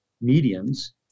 mediums